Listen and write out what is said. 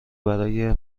برای